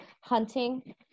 hunting